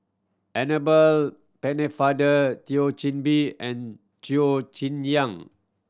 Annabel Pennefather Thio Chen Bee and Cheo Chen Yang